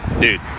dude